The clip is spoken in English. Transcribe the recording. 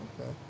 Okay